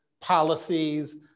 policies